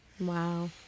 Wow